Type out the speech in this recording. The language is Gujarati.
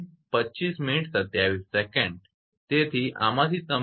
તેથી આમાંથી તમને 0